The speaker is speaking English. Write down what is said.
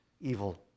evil